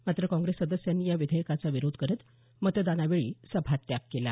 मात्र काँग्रेस सदस्यांनी या विधेयकाचा विरोध करत मतदानावेळी सभात्याग केला